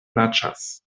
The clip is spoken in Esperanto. plaĉas